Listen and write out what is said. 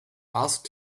asked